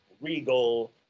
Regal